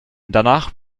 danach